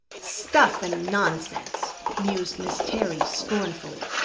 stuff and nonsense! mused miss terry scornfully.